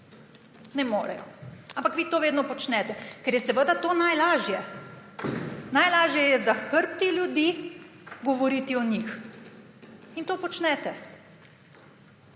Ne morejo. Ampak vi to vedno počnete, ker je seveda to najlažje. Najlažje je za hrbti ljudi govoriti o njih. In to počnete.